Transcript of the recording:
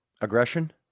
aggression